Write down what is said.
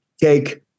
cake